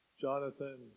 Jonathan